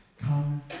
come